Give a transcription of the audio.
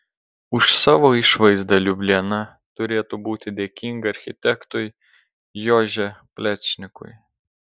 už savo išvaizdą liubliana turėtų būti dėkinga architektui jože plečnikui